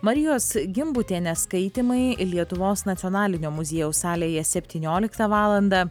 marijos gimbutienės skaitymai lietuvos nacionalinio muziejaus salėje septynioliktą valandą